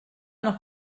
noch